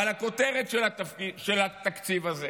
אבל הכותרת של התקציב הזה